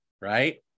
right